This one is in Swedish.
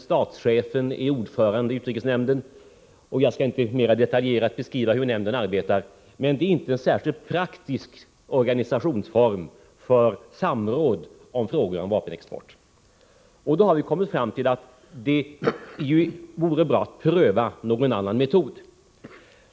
Statschefen är ordförande i utrikesnämnden, t.ex. Jag skall inte mera detaljerat beskriva hur utrikesnämnden arbetar, men det är inte en särskilt praktisk organisationsform för samråd i frågor om vapenexport. Därför har vi kommit fram till att det vore bra att pröva någon annan metod.